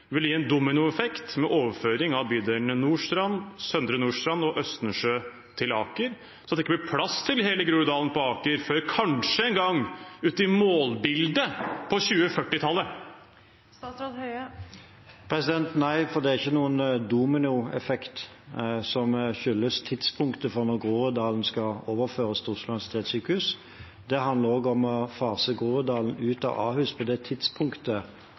vil det gi en dominoeffekt med overføring av bydelene Nordstrand, Søndre Nordstrand og Østensjø til Aker, så det ikke blir plass til hele Groruddalen på Aker før kanskje en gang ut i målbildet, på 2040-tallet? Nei, for det er ikke noen dominoeffekt som er skyld i tidspunktet for når Groruddalen skal overføres til Oslo universitetssykehus. Det handler om å fase Groruddalen ut av Ahus på det tidspunktet